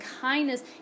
kindness